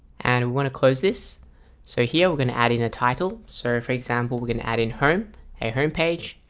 and we want to close this so here we're going to add in a title server for example, we're gonna add in home a home page.